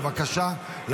בבקשה,